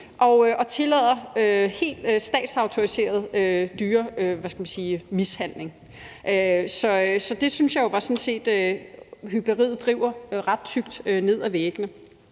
og tillader helt statsautoriseret dyremishandling. Der synes jeg sådan set, at hykleriet driver ret tykt ned ad væggene.